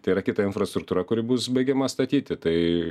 tai yra kita infrastruktūra kuri bus baigiama statyti tai